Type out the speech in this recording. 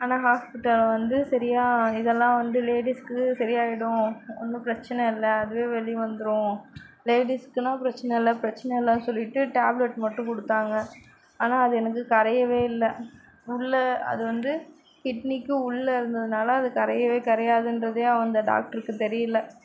ஆனால் ஹாஸ்பிடலில் வந்து சரியாக இதெல்லாம் வந்து லேடீஸுக்கு சரியாயிடும் ஒன்றும் பிரச்சனை இல்லை அதுவே வெளி வந்துடும் லேடீஸுக்குனா பிரச்சன இல்ல பிரச்சனை இல்லைனு சொல்லிவிட்டு டேப்லெட் மட்டும் கொடுத்தாங்க ஆனால் அது எனக்கு கரையவே இல்லை உள்ளே அது வந்து கிட்னிக்கு உள்ளே இருந்ததினால அது கரையவே கரையாதுன்றது அந்த டாக்டருக்கு தெரியல